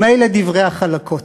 ומילא דברי החלקות,